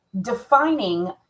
defining